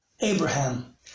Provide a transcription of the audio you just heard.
Abraham